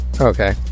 Okay